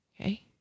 okay